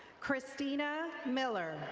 christina miller.